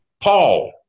Paul